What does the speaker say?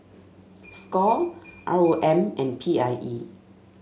Score R O M and P I E